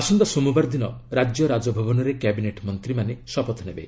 ଆସନ୍ତା ସୋମବାର ଦିନ ରାଜ୍ୟ ରାଜଭବନରେ କ୍ୟାବିନେଟ୍ ମନ୍ତ୍ରୀମାନେ ଶପଥ ନେବେ